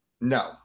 No